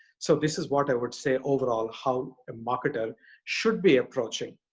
so this is what i would say overall how a marketer should be approaching.